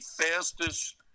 fastest